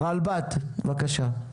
רלב"ד, בבקשה.